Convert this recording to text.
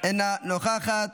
אינה נוכחת,